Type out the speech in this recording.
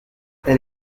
elle